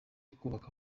kubaka